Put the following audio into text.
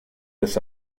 this